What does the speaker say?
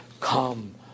come